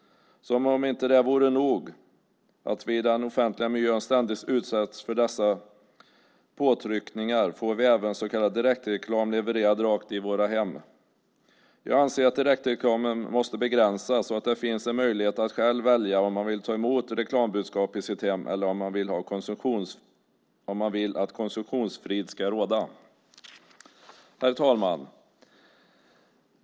Som om det inte vore nog att vi i den offentliga miljön ständigt utsätts för dessa påtryckningar får vi även så kallad direktreklam levererad rakt in i våra hem. Jag anser att direktreklamen måste begränsas och att det ska finnas en möjlighet att själv välja om man vill ta emot reklambudskap i sitt eget hem eller om man vill att konsumtionsfrid ska råda. Herr talman!